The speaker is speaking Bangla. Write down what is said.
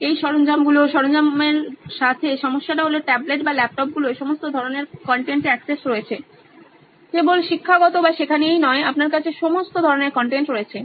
এই সরঞ্জামগুলো সরঞ্জামগুলোর সাথে সমস্যাটা হলো ট্যাবলেট বা ল্যাপটপগুলোয় সমস্ত ধরণের কন্টেন্টে অ্যাক্সেস রয়েছে কেবল শিক্ষাগত বা শেখা নিয়েই নয় আপনার কাছে সমস্ত ধরণের কন্টেন্ট রয়েছে